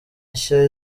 nshya